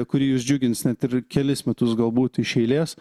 kuri jus džiugins net ir kelis metus galbūt iš eilės